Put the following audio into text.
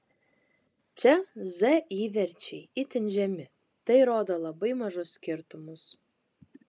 čia z įverčiai itin žemi tai rodo labai mažus skirtumus